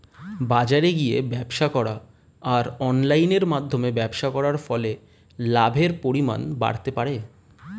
বাজারে গিয়ে ব্যবসা করা আর অনলাইনের মধ্যে ব্যবসা করার ফলে লাভের পরিমাণ বাড়তে পারে?